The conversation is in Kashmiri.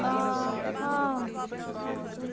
آ ہا